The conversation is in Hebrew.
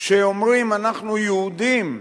שאומרים: אנחנו יהודים,